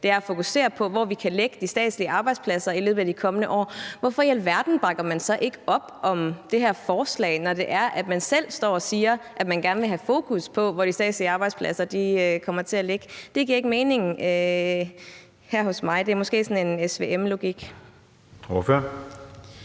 altså at fokusere på, hvor vi kan lægge de statslige arbejdspladser i løbet af de kommende år. Hvorfor i alverden bakker man så ikke op om det her forslag, når man selv står og siger, at man gerne vil have fokus på, hvor de statslige arbejdspladser kommer til at ligge? Det giver ikke mening her hos mig – det er måske sådan en SVM-logik. Kl.